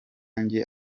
njye